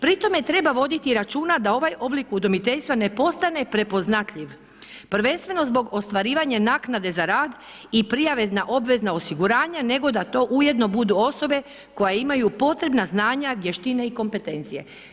Pri tome treba voditi računa da ovaj oblik udomiteljstva ne postane prepoznatljiv prvenstveno zbog ostvarivanja naknade za rad i prijave na obvezna osiguranja nego da to ujedno budu osobe koje imaju potrebna znanja, vještine i kompetencije.